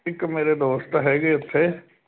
ਇੱਕ ਮੇਰੇ ਦੋਸਤ ਹੈਗੇ ਇੱਥੇ